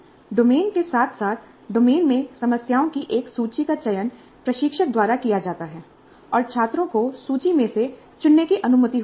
domain के साथ साथ डोमेन में समस्याओं की एक सूची का चयन प्रशिक्षक द्वारा किया जाता है और छात्रों को सूची में से चुनने की अनुमति होती है